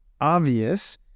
obvious